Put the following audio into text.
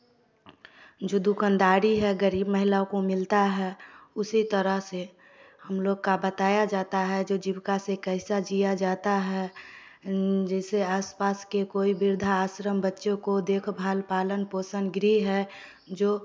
जो दुकानदारी है गरीब महिला को मिलता है उसी तरह से हम लोगों को बताया जाता है जो जीविका से कैसे जिया जाता है जैसे आस पास के कोई वृद्धाश्रम बच्चों को देखभाल पालन पोषण गृह है जो